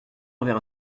envers